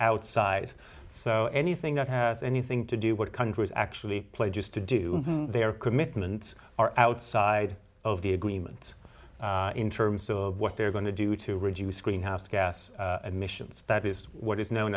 outside so anything that has anything to do with countries actually pledges to do their commitments are outside of the agreement in terms of what they're going to do to reduce greenhouse gas emissions that is what is known